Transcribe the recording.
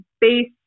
base